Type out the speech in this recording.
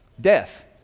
Death